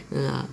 ah